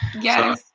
Yes